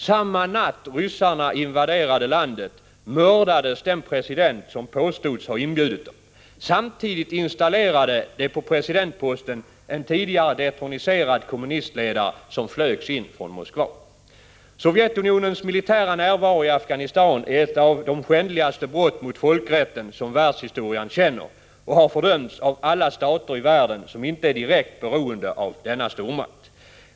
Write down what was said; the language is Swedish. Samma natt som ryssarna invaderade landet mördades den president som påstods ha inbjudit dem. Samtidigt installerade de på presidentposten en tidigare detroniserad kommunistledare, som flögs in från Moskva. Sovjetunionens militära närvaro i Afghanistan är ett av de skändligaste brott mot folkrätten som världshistorien känner, och det har fördömts av alla stater i världen som inte är direkt beroende av denna stormakt.